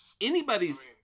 anybody's